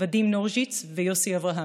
ואדים נורז'יץ ויוסי אברהמי.